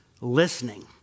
listening